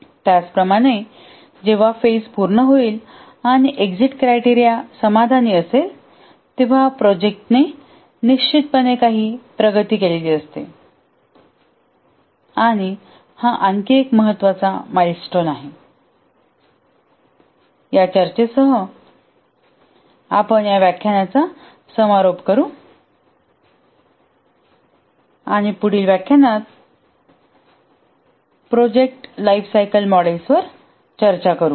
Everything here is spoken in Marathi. त्याचप्रमाणे जेव्हा फेज पूर्ण होईल आणि एक्झिट क्रायटेरिया समाधानी असेल तेव्हा प्रोजेक्टने निश्चितपणे काही प्रगती केलेली असते आणि हा आणखी एक महत्त्वाचा माइलस्टोन आहे या चर्चेसह आपण या व्याख्यानाचा समारोप करू आणि पुढील व्याख्यानात प्रोजेक्ट लाइफसायकल मॉडेल्सवर चर्चा करू